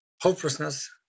hopelessness